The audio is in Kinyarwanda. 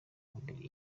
mubiri